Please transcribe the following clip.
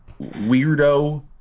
weirdo